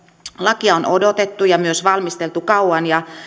lakia on odotettu ja myös valmisteltu kauan